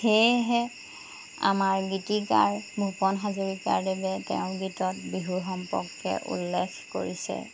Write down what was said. সেয়েহে আমাৰ গীতিকাৰ ভূপেন হাজৰিকাদেৱে তেওঁৰ গীতত বিহু সম্পৰ্কে উল্লেখ কৰিছে